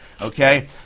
okay